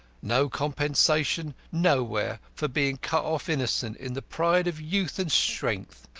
no compensation nowhere for being cut off innocent in the pride of youth and strength!